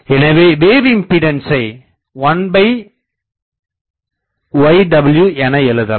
எனவே வேவ் இம்பீடன்சை1yw என எழுதலாம்